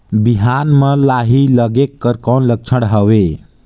बिहान म लाही लगेक कर कौन लक्षण हवे?